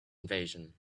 invasion